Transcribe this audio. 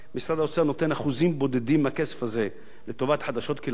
משרד האוצר נותן אחוזים בודדים מהכסף הזה לטובת חדשות מקומיות,